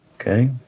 Okay